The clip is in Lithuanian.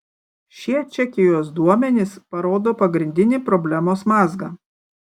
šie čekijos duomenys parodo pagrindinį problemos mazgą